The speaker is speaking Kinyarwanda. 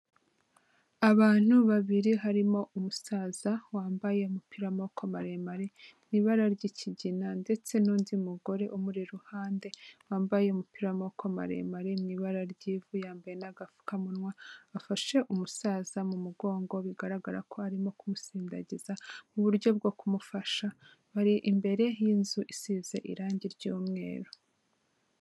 Abantu babiri harimo umusaza wambaye umupira w'amaboko maremare, mu ibara ry'ikigina ndetse n'undi mugore umuri iruhande, wambaye umupira w'amako maremare mu ibara ry'ivu yambaye n'agapfukamunwa, afashe umusaza mu mugongo bigaragara ko arimo kumusindagiza mu buryo bwo kumufasha, bari imbere y'inzu isize irangi ry'umweru.